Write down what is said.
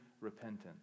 repentance